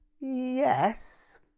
Yes